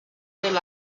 del